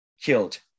killed